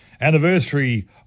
anniversary